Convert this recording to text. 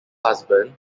husband